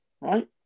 right